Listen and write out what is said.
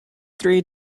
three